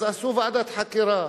אז עשו ועדת חקירה,